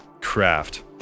craft